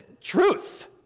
truth